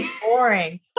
boring